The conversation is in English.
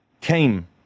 came